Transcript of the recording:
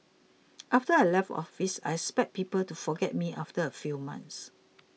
after I left office I expected people to forget me after a few months